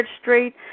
Street